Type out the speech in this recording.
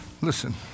Listen